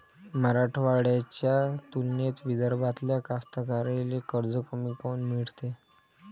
मराठवाड्याच्या तुलनेत विदर्भातल्या कास्तकाराइले कर्ज कमी काऊन मिळते?